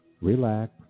Relax